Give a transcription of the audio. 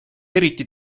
eriti